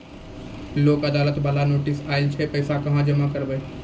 लोक अदालत बाला नोटिस आयल छै पैसा कहां जमा करबऽ?